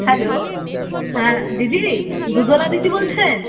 hello হ্যাঁ দিদি দুধওয়ালা দিদি বলছেন